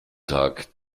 tag